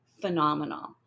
phenomenal